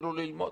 תתחילו ללמוד.